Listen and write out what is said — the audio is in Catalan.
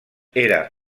era